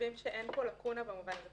חושבים שאין לקונה בעניין הזה.